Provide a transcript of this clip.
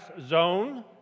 zone